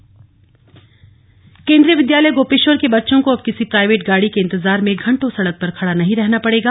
kV Gopeshwar Kendriya Vidyalaya Gopeshwar के बच्चों को अब किसी प्राइवेट गाड़ी के इंतजार में घंटों सड़क पर खड़ा नहीं रहना पड़ेगा